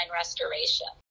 restoration